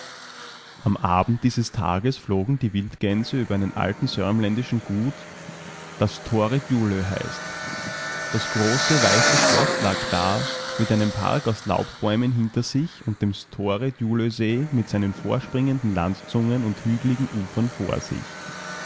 am abend dieses tages flogen die wildgänse über einem alten sörmländischen gut das store djulö heißt das große weiße schloß lag da mit einem park aus laubbäumen hinter sich und dem store djulösee mit seinen vorspringenden landzungen und hügeligen ufern vor sich